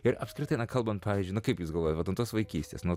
ir apskritai na kalbant pavyzdžiui na kaip jūs galvojat vat ant tos vaikystės nuo